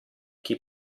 chi